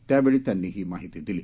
त्यावेळी त्यांनी ही माहिती दिली